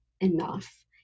enough